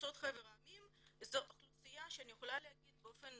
יוצאות חבר העמים זאת אוכלוסייה שאני יכולה להגיד באופן